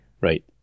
Right